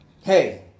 Hey